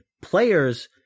players